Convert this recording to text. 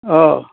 অ'